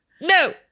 No